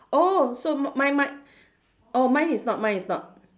orh so my my orh mine is not mine is not